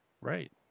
Right